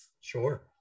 Sure